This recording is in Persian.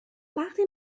وقتی